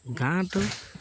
ଗାଁ ତ